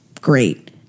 great